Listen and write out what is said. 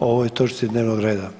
o ovoj točci dnevnog reda.